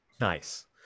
nice